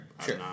Sure